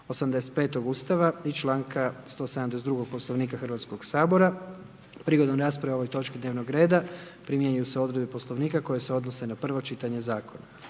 85. Ustava RH i članka 172. Poslovnika Hrvatskog sabora. Prigodom rasprave o ovoj točki dnevnog reda primjenjuju se odredbe kao što proizlazi od naslova prvoga čitanja.